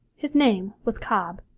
his name was cobb.